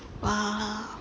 !wah!